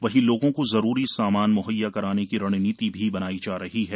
वहीं लोगों को जरूरी सामान मुहैया कराने की रणनीति भी बनाई जा रही है